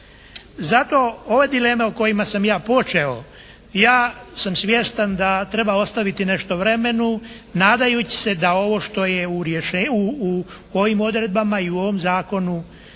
Zato ove dileme o kojima sam ja počeo ja sam svjestan da treba ostaviti nešto vremenu nadajući se da ovo što je u ovim odredbama i u ovom zakonu